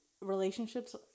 relationships